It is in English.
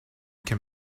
can